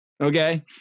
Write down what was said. Okay